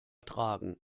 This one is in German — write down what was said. tragen